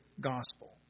Gospel